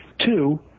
Two